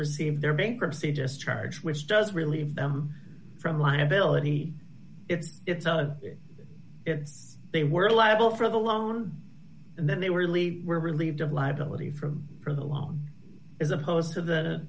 received their bankruptcy just charge which does relieve them from liability if it's out of if they were liable for the loan and then they really were relieved of liability for a prolonged as opposed to the